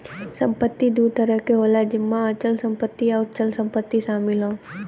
संपत्ति दू तरह क होला जेमन अचल संपत्ति आउर चल संपत्ति शामिल हौ